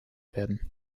werden